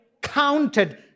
counted